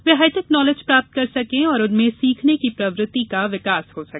वे hi-tech knowledge प्राप्त कर सकें और उनमें सीखने की प्रवृति का विकास हो सके